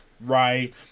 Right